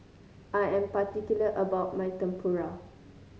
I am particular about my Tempura